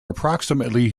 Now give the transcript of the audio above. approximately